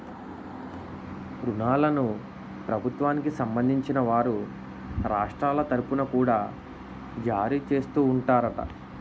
ఋణాలను ప్రభుత్వానికి సంబంధించిన వారు రాష్ట్రాల తరుపున కూడా జారీ చేస్తూ ఉంటారట